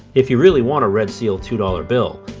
if you really want a red seal two dollars bill,